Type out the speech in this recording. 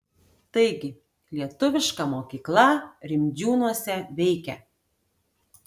taigi lietuviška mokykla rimdžiūnuose veikia